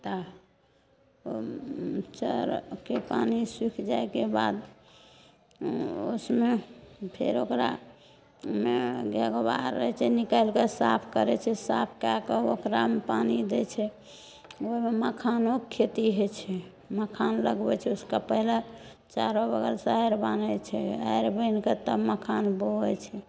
तऽ चओरके पानि सूखि जाइके बाद उसमे फेर ओकरामे गेरबार रहैत छै निकालिके साफ करैत छै साफ कैके ओकरामे पानि दै छै ओहिमे मखानोके खेती होइत छै मखान लगबैत छै उसके पहले चारो बगल से आरि बान्है छै आरि बान्हिके तब मखान बोऐ छै